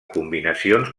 combinacions